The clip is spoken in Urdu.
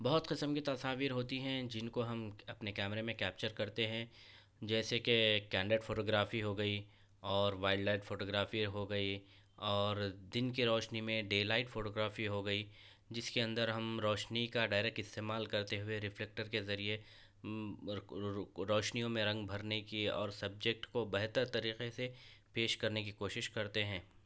بہت قسم کی تصاویر ہوتی ہیں جن کو ہم اپنے کیمرہ میں کیپچر کرتے ہیں جیسے کہ کینڈڈ فوٹوگرافی ہو گئی اور وائلڈلائف فوٹوگرافی ہو گئی اور دن کے روشنی میں ڈےلائٹ فوٹوگرافی ہو گئی جس کے اندر ہم روشنی کا ڈائریکٹ استعمال کرتے ہوئے ریفلیکٹرر کے ذریعے روشنیوں میں رنگ بھرنے کی اور سبجیکٹ کو بہتر طریقے سے پیش کرنے کی کوشش کرتے ہیں